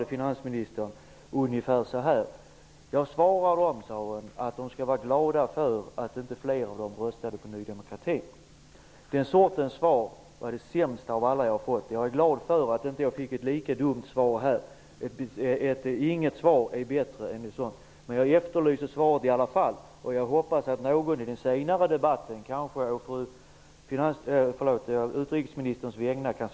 Finansministern svarade att de skulle vara glada för att inte fler röstade på Ny demokrati. Den sortens svar var det sämsta av alla jag har fått. Jag är glad för att jag inte har fått ett lika dumt svar här. Inget svar är bättre än ett sådant. Men jag efterlyser i alla fall ett svar. Jag hoppas att någon i den senare debatten kan svara på frågan å utrikesministerns vägnar.